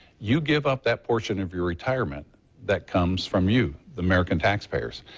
you give up that portion of your retirement that comes from you, the american tax payers.